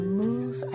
move